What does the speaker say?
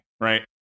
right